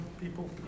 people